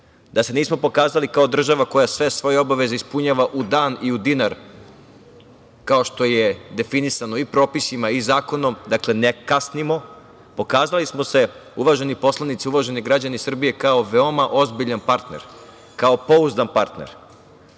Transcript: da se nismo pokazali kao država koja sve svoje obaveze ispunjava u dan i u dinar kao što je definisano i propisima i zakonom, dakle, ne kasnimo, pokazali smo se, uvaženi poslanici, uvaženi građani Srbije, kao veoma ozbiljan partner, kao pouzdan partner. Ja